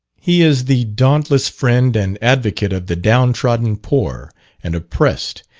he is the dauntless friend and advocate of the down-trodden poor and oppressed,